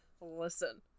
listen